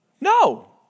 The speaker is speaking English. No